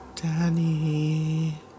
Danny